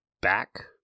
back